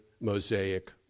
Mosaic